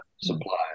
supplies